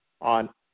on